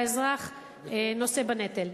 והאזרח נושא בנטל.